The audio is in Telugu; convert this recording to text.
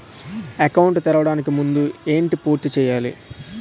అకౌంట్ తెరవడానికి ముందు ఏంటి పూర్తి చేయాలి?